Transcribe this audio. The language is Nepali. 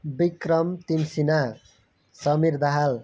विक्रम तिमसिना समिर दाहाल